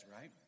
right